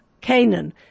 Canaan